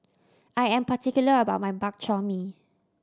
I am particular about my Bak Chor Mee